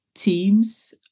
Teams